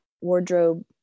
wardrobe